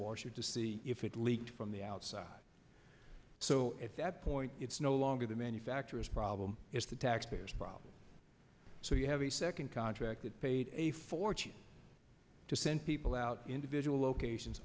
washer to see if it leaked from the outside so at that point it's no longer the manufacturer's problem it's the taxpayers problem so you have a second contract that paid a fortune to send people out individual locations